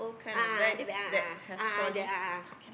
a'ah the bag a'ah a'ah the a'ah